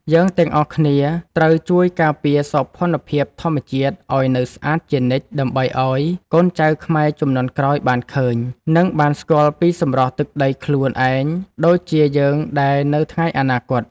យើងទាំងអស់គ្នាត្រូវជួយការពារសោភ័ណភាពធម្មជាតិឱ្យនៅស្អាតជានិច្ចដើម្បីឱ្យកូនចៅខ្មែរជំនាន់ក្រោយបានឃើញ និង បានស្គាល់ពីសម្រស់ទឹកដីខ្លួនឯងដូចជាយើងដែរនៅថ្ងៃអនាគត។